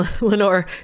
Lenore